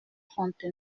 trente